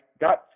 got